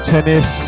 Tennis